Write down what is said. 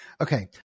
Okay